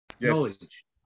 Knowledge